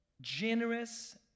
Generous